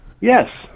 Yes